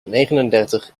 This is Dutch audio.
negenendertig